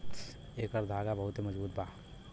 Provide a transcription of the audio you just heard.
एकर धागा बहुते मजबूत बा